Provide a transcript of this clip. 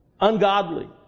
Ungodly